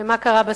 ומה קרה בסוף?